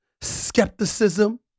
skepticism